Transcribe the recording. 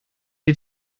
die